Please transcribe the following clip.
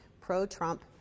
pro-Trump